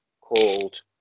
called